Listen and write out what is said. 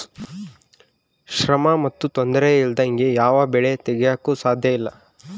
ಶ್ರಮ ಮತ್ತು ತೊಂದರೆ ಇಲ್ಲದಂಗೆ ಯಾವ ಬೆಳೆ ತೆಗೆಯಾಕೂ ಸಾಧ್ಯಇಲ್ಲ